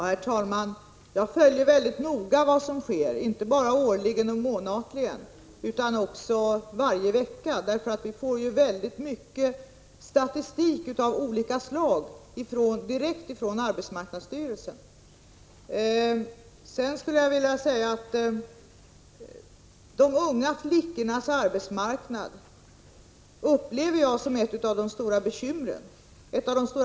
Herr talman! Jag följer mycket noga vad som sker, inte bara årligen och månatligen utan också varje vecka. Vi får ju mycket statistik av olika slag direkt från arbetsmarknadsstyrelsen. Sedan vill jag betona att jag upplever de unga flickornas arbetsmarknad som ett av de största bekymren. Bl.